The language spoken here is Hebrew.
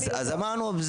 אז אמרנו,